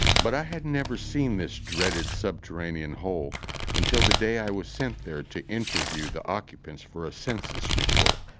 but i had never seen this dreaded subterranean hole until the day i was sent there to interview the occupants for a census report